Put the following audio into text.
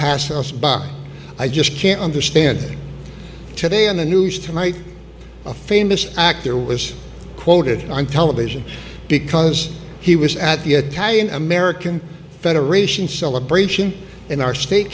pass us by i just can't understand it today in the news tonight a famous actor was quoted on television because he was at the a tie in american federation celebration in our state